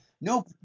no